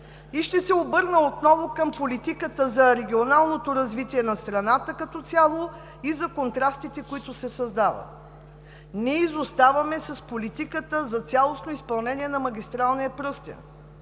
Ще се обърна отново към политиката за регионалното развитие на страната като цяло и за контрастите, които се създават. Ние изоставаме с политиката за цялостно изпълнение на магистралния пръстен